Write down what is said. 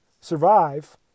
survive